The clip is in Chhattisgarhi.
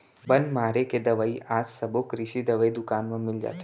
बन मारे के दवई आज सबो कृषि दवई दुकान म मिल जाथे